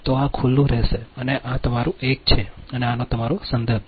તો આ ખુલ્લું રહેશે અને આ તમારું એક છે અને આ તમારો સંદર્ભ છે